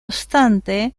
obstante